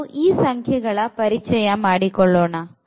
ನಾವು ಈ ಸಂಖ್ಯೆ ಗಳನ್ನು ಪರಿಚಯ ಮಾಡಿಕೊಳ್ಳೋಣ